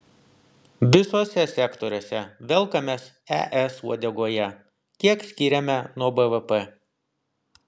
visuose sektoriuose velkamės es uodegoje kiek skiriame nuo bvp